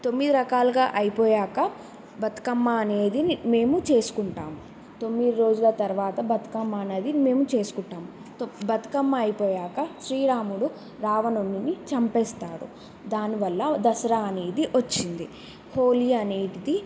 తొమ్మిది రకాలుగా అయిపోయాక బతుకమ్మ అనేది మేము చేసుకుంటాము తొమ్మిది రోజుల తరువాత బతుకమ్మ అనేది మేము చేసుకుంటాం తో బతుకమ్మ అయిపోయాక శ్రీరాముడు రావణున్ని చంపేస్తాడు దాన్ని వాళ్ళ దసరా అనేది వచ్చింది హోలీ అనేది